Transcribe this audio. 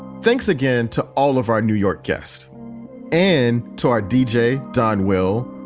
thanks again to all of our new york guests and to our deejay don will,